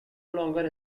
longer